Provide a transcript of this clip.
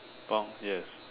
pork yes